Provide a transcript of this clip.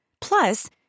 Plus